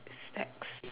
stacks